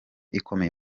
ikomeye